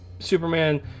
Superman